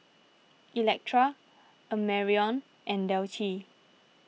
Electra Amarion and Delcie